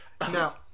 Now